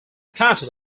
content